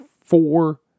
four